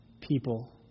people